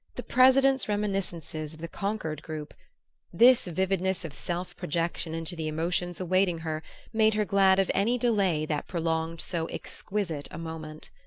the president's reminiscences of the concord group this vividness of self-projection into the emotions awaiting her made her glad of any delay that prolonged so exquisite a moment.